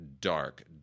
dark